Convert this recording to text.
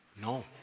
No